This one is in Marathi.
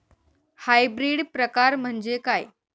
हायब्रिड प्रकार म्हणजे काय?